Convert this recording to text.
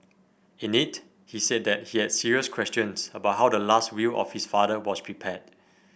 in it he said that he had serious questions about how the last will of his father was prepared